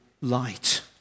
light